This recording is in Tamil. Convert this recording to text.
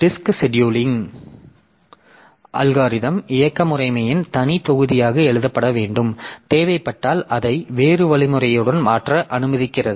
டிஸ்க் செடியூலிங் அல்காரிதம் இயக்க முறைமையின் தனி தொகுதியாக எழுதப்பட வேண்டும் தேவைப்பட்டால் அதை வேறு வழிமுறையுடன் மாற்ற அனுமதிக்கிறது